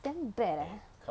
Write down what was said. damn bad eh